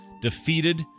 Defeated